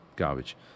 garbage